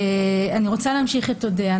אני רוצה להמשיך את דבריה של אודיה.